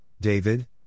David